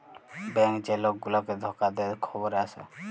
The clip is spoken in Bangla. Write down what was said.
ব্যংক যে লক গুলাকে ধকা দে খবরে আসে